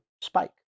spike